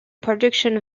production